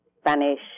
Spanish